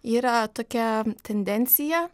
yra tokia tendencija